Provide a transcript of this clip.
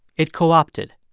it co-opted.